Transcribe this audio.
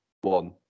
one